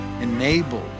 enabled